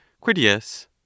Critias